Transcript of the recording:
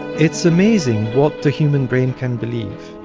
it's amazing what the human brain can believe.